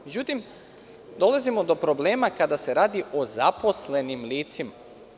Međutim, dolazimo do problema kada se radi o zaposlenim licima.